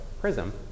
prism